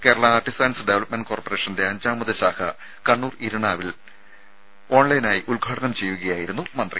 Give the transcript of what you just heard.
Kerala artisans development കോർപ്പറേഷന്റെ അഞ്ചാമത് ശാഖ കണ്ണൂർ ഇരിണാവിൽ ഓൺലൈൻ ആയി ഉദ്ഘാടനം ചെയ്യുകയായിരുന്നു മന്ത്രി